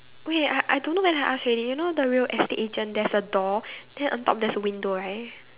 wait I I don't know whether I ask already you know the real estate agent there's a door then on top there's a window right